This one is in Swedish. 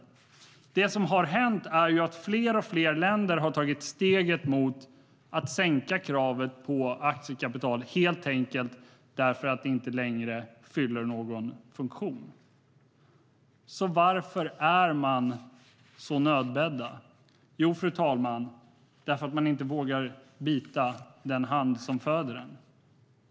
Det som har hänt är att fler och fler länder har tagit steget mot att sänka kravet på aktiekapital, helt enkelt därför att det inte längre fyller någon funktion. Varför är man då så nödbedd? Jo, fru talman, därför att man inte vågar bita den hand som föder en.